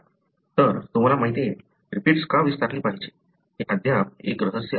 तर तुम्हाला माहिती आहे रिपीट्स का विस्तारली पाहिजे हे अद्याप एक रहस्य आहे